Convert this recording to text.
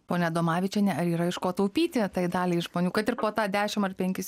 ponia adomavičiene ar yra iš ko taupyti tai daliai žmonių kad ir po tą dešim ar penkis